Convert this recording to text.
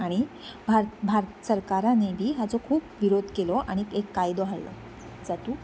आनी भार भारत सरकारानय बी हाजो खूब विरोद केलो आनी एक कायदो हाडलो जातूंत